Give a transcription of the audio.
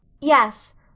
yes